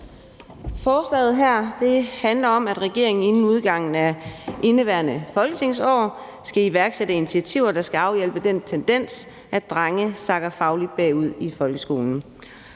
Forslaget her handler om, at regeringen inden udgangen af indeværende folketingsår skal iværksætte initiativer, der skal afhjælpe den tendens, at drenge sakker fagligt bagud i folkeskolen.